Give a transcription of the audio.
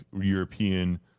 European